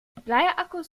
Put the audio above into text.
bleiakkus